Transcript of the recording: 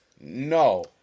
no